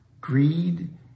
greed